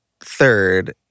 third